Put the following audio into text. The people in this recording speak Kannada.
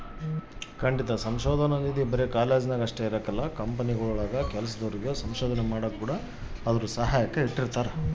ಸಂಶೋಧನಾ ನಿಧಿ ಬರೆ ಕಾಲೇಜ್ನಾಗ ಅಷ್ಟೇ ಇರಕಲ್ಲ ಕಂಪನಿಗುಳಾಗೂ ಕೆಲ್ಸದೋರಿಗೆ ಸಂಶೋಧನೆ ಮಾಡಾಕ ಸಹಾಯಕ್ಕ ಇಟ್ಟಿರ್ತಾರ